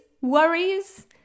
worries